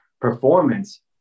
performance